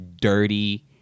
dirty